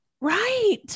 Right